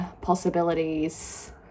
possibilities